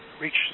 reach